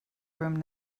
room